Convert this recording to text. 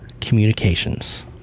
communications